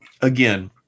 Again